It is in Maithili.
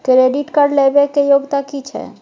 क्रेडिट कार्ड लेबै के योग्यता कि छै?